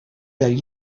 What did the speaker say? del